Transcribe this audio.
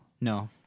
no